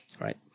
right